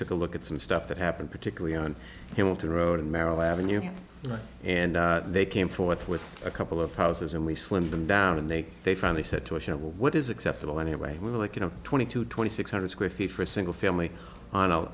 took a look at some stuff that happened particularly on himmel to road and merrill avenue and they came forth with a couple of houses and we slimmed them down and they they finally said to us you know what is acceptable any way we would like you know twenty to twenty six hundred square feet for a single family on a